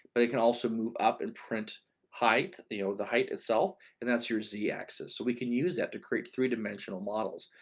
but it can also move up and print height, you know the height itself, and that's your z axis. so we can use that to create three dimensional models,